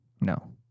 No